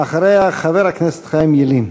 אחריה חבר הכנסת חיים ילין.